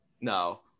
No